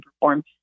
perform